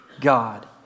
God